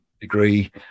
degree